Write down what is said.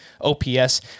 OPS